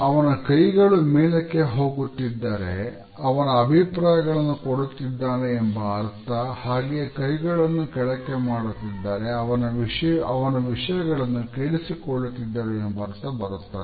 ಅವನ ಕೈಗಳು ಮೇಲಕ್ಕೆ ಹೋಗುತ್ತಿದ್ದಾರೆ ಅವನು ಅಭಿಪ್ರಾಯಗಳನ್ನು ಕೊಡುತ್ತಿದ್ದಾನೆ ಎಂಬ ಅರ್ಥ ಹಾಗೆಯೇ ಕೈಗಳನ್ನು ಕೆಳಕ್ಕೆ ಮಾಡುತ್ತಿದ್ದಾರೆ ಅವನು ವಿಷಯಗಳನ್ನು ಕೇಳಿಸಿಕೊಳ್ಳುತ್ತಿದ್ದರು ಎಂಬರ್ಥ ಬರುತ್ತದೆ